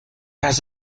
has